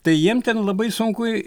tai jiem ten labai sunku